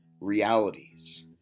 realities